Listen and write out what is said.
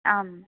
आम्